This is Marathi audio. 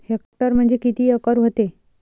हेक्टर म्हणजे किती एकर व्हते?